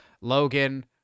Logan